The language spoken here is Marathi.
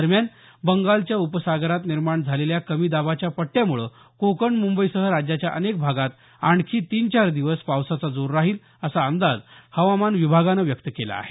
दरम्यान बंगालच्या उपसागरात निर्माण झालेल्या कमी दाबाच्या पट्ट्यामुळे कोकण मुंबईसह राज्याच्या अनेक भागात आणखी तीन चार दिवस पावसाचा जोर राहील असा अंदाज हवामान विभागानं व्यक्त केला आहे